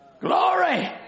Glory